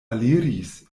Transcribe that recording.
aliris